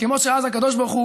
כמו שאז הקדוש ברוך הוא